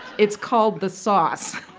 it's called the sauce